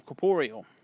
corporeal